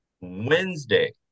Wednesday